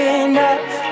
enough